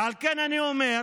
ועל כן אני אומר,